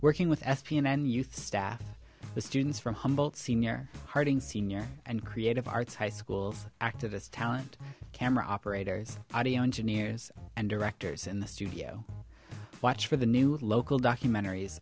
working with s p n youth staff the students from humboldt senior hearting senior and creative arts high schools activist talent camera operators audio engineers and directors in the studio watch for the new local documentaries